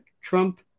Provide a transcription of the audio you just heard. Trump